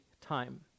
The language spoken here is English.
time